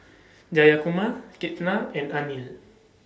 Jayakumar Ketna and Anil